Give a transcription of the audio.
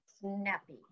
snappy